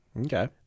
Okay